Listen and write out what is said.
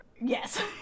Yes